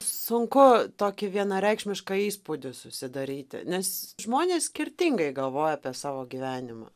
sunku tokį vienareikšmišką įspūdį susidaryti nes žmonės skirtingai galvoja apie savo gyvenimą